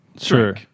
Sure